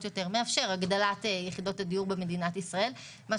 יותר זה מאפשר את הגדלת יחידות הדיור במדינת ישראל ,